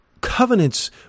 covenants